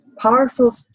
powerful